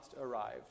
arrived